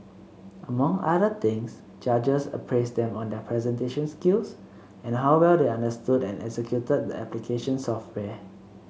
among other things judges appraised them on their presentation skills and how well they understood and executed the application software